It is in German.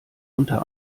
unter